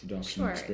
Sure